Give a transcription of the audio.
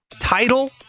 Title